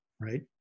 right